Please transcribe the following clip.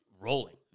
rolling